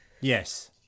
Yes